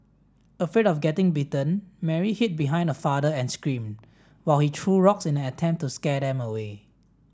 afraid of getting bitten Mary hid behind her father and screamed while he threw rocks in an attempt to scare them away